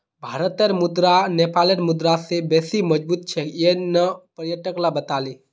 भारतेर मुद्रा नेपालेर मुद्रा स बेसी मजबूत छेक यन न पर्यटक ला बताले